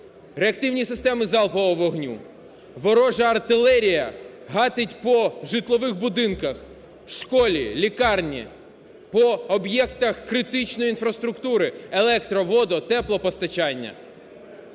реактивні системи залпового вогню. Ворожа артилерія гатить по житлових будинках, школі, лікарні, по об'єктах критичної інфраструктури: електро-, водо-, теплопостачання.